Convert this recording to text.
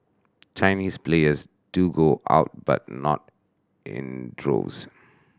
Chinese players do go out but not in droves